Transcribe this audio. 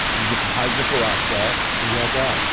you get some hydrogen peroxide. we got that.